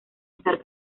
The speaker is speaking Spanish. estar